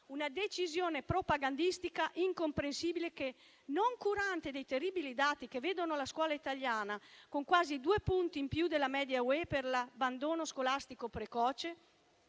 una decisione propagandistica incomprensibile che, noncurante dei terribili dati che vedono attribuire alla scuola italiana quasi due punti in più della media europea per l'abbandono scolastico precoce,